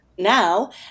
Now